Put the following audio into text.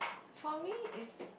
for me is